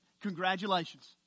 Congratulations